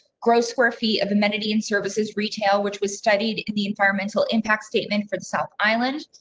gross square feet of amenity and services retail, which was studied the environmental impact statement for the south island.